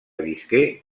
visqué